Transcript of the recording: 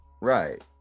Right